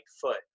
foot